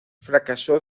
fracasó